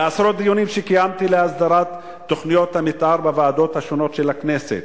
בעשרות דיונים שקיימתי להסדרת תוכניות המיתאר בוועדות השונות של הכנסת,